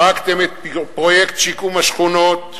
הרגתם את פרויקט שיקום שכונות,